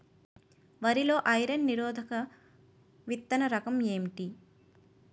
వరి లో ఐరన్ నిరోధక విత్తన రకం ఏంటి?